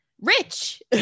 rich